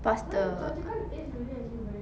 plus the